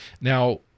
Now